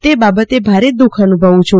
તે બાબતે ભારે દુઃખ અનુભવું છું